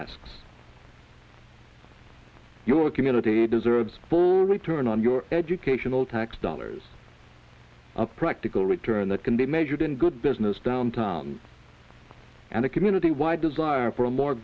asks your community deserves a return on your educational tax dollars a practical return that can be measured in good business downtown and a community wide desire for a more